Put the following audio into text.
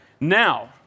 Now